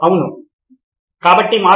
విద్యార్థి 4 అవును